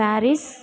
Paris